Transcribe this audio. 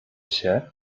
się